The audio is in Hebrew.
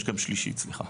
יש גם שלישית, סליחה.